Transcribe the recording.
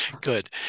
Good